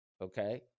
okay